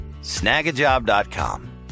snagajob.com